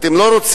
אתם לא רוצים,